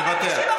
תודה.